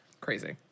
Crazy